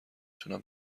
تونم